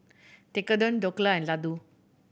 Tekkadon Dhokla and Ladoo